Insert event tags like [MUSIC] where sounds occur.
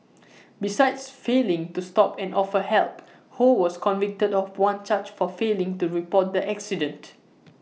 [NOISE] besides failing to stop and offer help ho was convicted of one charge for failing to report the accident